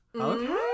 Okay